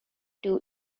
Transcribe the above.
two